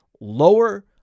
lower